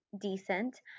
decent